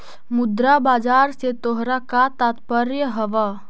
मुद्रा बाजार से तोहरा का तात्पर्य हवअ